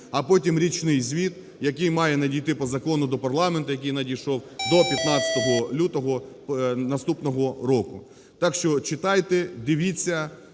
а потім річний звіт, який має надійти по закону до парламенту, який надійшов до 15 лютого наступного року. Так що читайте, дивіться.